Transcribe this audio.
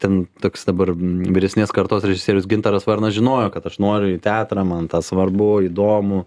ten toks dabar vyresnės kartos režisierius gintaras varnas žinojo kad aš noriu į teatrą man tas svarbu įdomu